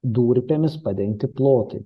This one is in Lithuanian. durpėmis padengti plotai